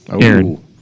Aaron